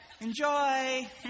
Enjoy